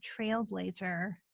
trailblazer